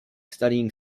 studying